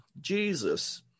Jesus